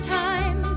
time